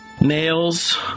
Nails